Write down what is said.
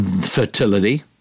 fertility